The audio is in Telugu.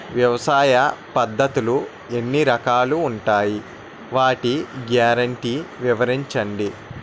వ్యవసాయ పద్ధతులు ఎన్ని రకాలు ఉంటాయి? వాటి గ్యారంటీ వివరించండి?